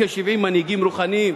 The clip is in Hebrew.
מנהיגים רוחניים